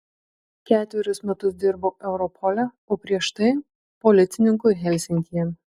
ketverius metus dirbo europole o prieš tai policininku helsinkyje